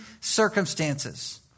circumstances